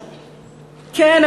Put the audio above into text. כן,